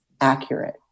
accurate